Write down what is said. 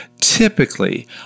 typically